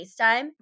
FaceTime